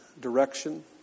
direction